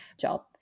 job